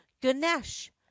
Ganesh